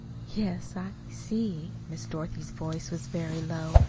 yes, i see. miss dorothy's voice was very low.